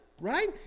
right